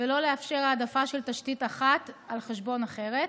ולא לאפשר העדפה של תשתית אחת על חשבון אחרת.